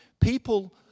people